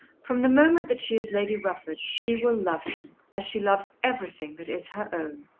from the moment that she is lady rufford, she will love him as she loves everything that is her own.